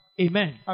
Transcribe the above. Amen